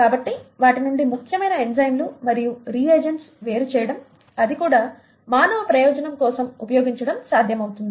కాబట్టి వాటి నుండి ముఖ్యమైన ఎంజైమ్లు మరియు రీఏజెంట్స్ వేరుచేయడం అది కూడా మానవ ప్రయోజనం కోసం ఉపయోగించడం సాధ్యమవుతుంది